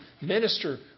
minister